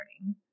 learning